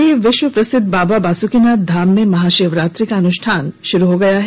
द्मका के विश्व प्रसिद्ध बाबा बासुकिनाथ धाम में महाशिवरात्रि का अनुष्ठान आरंभ हो गया है